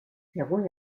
según